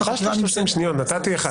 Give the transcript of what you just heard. תחשבו רגע אחד,